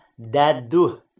dadu